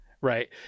Right